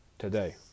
today